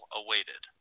awaited